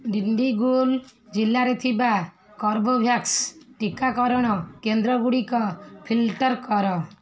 ଡ଼ିଣ୍ଡିଗୁଲ୍ ଜିଲ୍ଲାରେ ଥିବା କର୍ବେଭ୍ୟାକ୍ସ ଟିକାକରଣ କେନ୍ଦ୍ରଗୁଡ଼ିକ ଫିଲ୍ଟର୍ କର